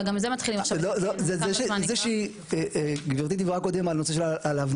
אבל גם זה מתחילים עכשיו --- גברתי דיברה קודם על הנושא של הבניה.